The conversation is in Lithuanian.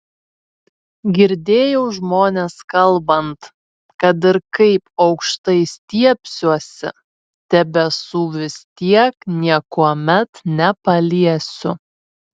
girdėjau žmones kalbant kad ir kaip aukštai stiebsiuosi debesų vis tiek niekuomet nepaliesiu